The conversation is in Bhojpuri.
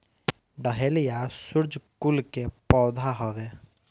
डहेलिया सूर्यकुल के पौधा हवे